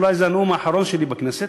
אולי זה הנאום האחרון שלי בכנסת,